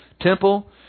temple